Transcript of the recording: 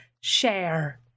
share